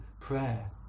prayer